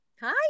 Hi